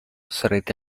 sarete